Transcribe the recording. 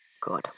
Good